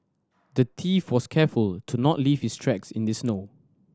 the thief was careful to not leave his tracks in this snow